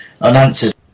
unanswered